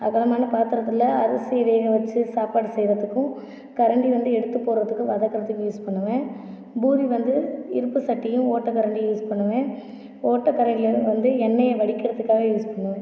அகலமான பாத்திரத்தில் அரிசி வேகவைத்து சாப்பாடு செய்கிறத்துக்கும் கரண்டி வந்து எடுத்து போடுகிறத்துக்கும் வதக்கிறத்துக்கும் யூஸ் பண்ணுவேன் பூரி வந்து இருப்பு சட்டியும் ஓட்டை கரண்டியும் யூஸ் பண்ணுவேன் ஓட்டை கரண்டியை வந்து எண்ணெய் வடிக்கிறத்துக்காக யூஸ் பண்ணுவேன்